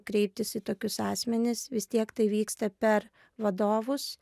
kreiptis į tokius asmenis vis tiek tai vyksta per vadovus